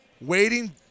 waiting